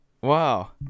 Wow